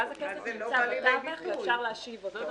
ואז הכסף נמצא בתווך ואפשר להשיב אותו.